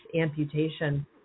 amputation